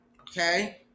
okay